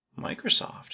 Microsoft